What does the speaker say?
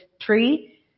tree